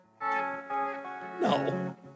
No